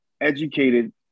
educated